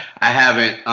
i haven't,